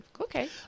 okay